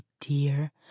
dear